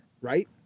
right